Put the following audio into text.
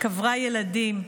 קברה ילדים,